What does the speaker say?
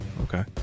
Okay